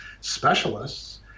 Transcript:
specialists